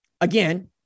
Again